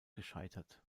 gescheitert